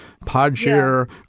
Podshare